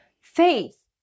Faith